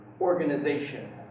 organization